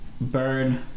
Bird